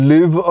Live